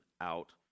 out